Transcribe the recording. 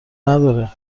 نداره